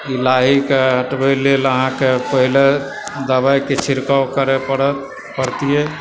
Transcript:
ई लाहीके हटबय लेल अहाँकेँ पहिले दबाइके छिड़काव करय पड़त पड़तियै